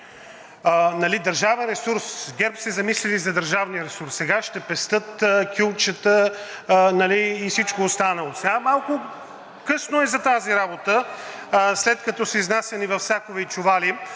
40 на 100 – ГЕРБ се замислили за държавния ресурс. Сега ще пестят кюлчета, нали, и всичко останало – малко късно е за тази работа, след като са изнасяни в сакове и чували.